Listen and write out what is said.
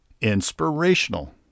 inspirational